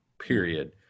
period